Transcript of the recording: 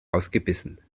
ausgebissen